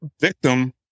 victim